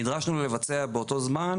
נדרשנו לבצע באותו זמן,